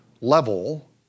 level